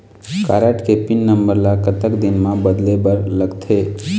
Card के pin number ला कतक दिन म बदले बर लगथे?